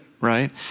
right